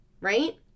right